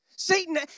Satan